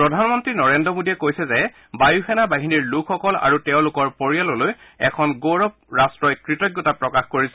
প্ৰধানমন্ত্ৰী নৰেন্দ্ৰ মোডীয়ে কৈছে বায়ুসেনা বাহিনীৰ লোকসকল আৰু তেওঁলোকৰ পৰিয়াললৈ এখন গৌৰৱ ৰাট্টই কৃতজ্ঞতা প্ৰকাশ কৰিছে